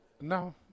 no